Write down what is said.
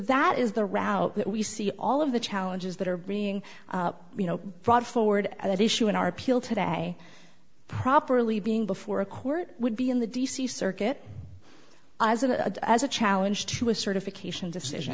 that is the route that we see all of the challenges that are being you know brought forward and that issue in our people today properly being before a court would be in the d c circuit as a as a challenge to a certification decision